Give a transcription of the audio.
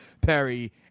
Perry